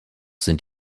sind